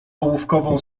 ołówkową